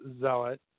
zealot